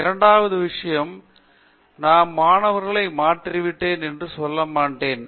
இரண்டாவது விஷயம் நான் மாணவர்களை மாற்றிவிட்டேன் என்று சொல்லமாட்டேன்